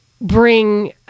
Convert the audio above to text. bring